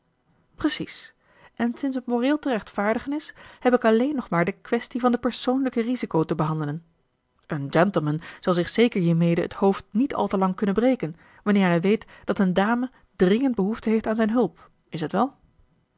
precies en sinds het moreel te rechtvaardigen is heb ik alleen nog maar de quaestie van de persoonlijke risico te behandelen een gentleman zal zich zeker hiermede het hoofd niet al te lang kunnen breken wanneer hij weet dat een dame dringend behoefte heeft aan zijn hulp is t wel